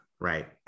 Right